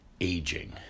Aging